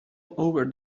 over